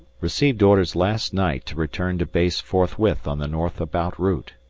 received orders last night to return to base forthwith on the north about route.